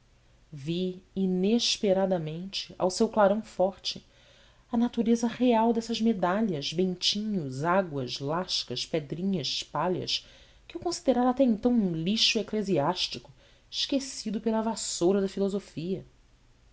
vi inesperadamente ao seu clarão forte a natureza real dessas medalhas bentinhos águas lascas pedrinhas palhas que eu considerara até então um lixo eclesiástico esquecido pela vassoura da filosofia